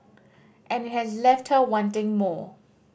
and it has left her wanting more